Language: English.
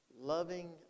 Loving